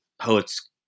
poets